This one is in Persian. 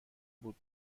بود